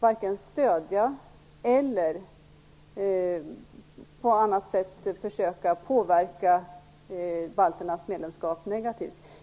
vare sig stödja eller på annat sätt försöka påverka balternas medlemskap negativt.